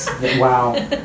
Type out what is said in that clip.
wow